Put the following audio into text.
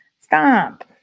Stop